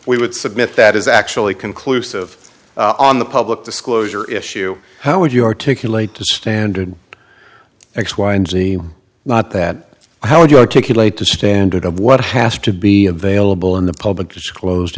we would submit that is actually conclusive on the public disclosure issue how would you articulate the standard x y and z not that how would you articulate the standard of what has to be available in the public disclosed